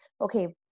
okay